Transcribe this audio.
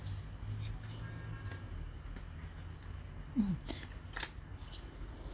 mm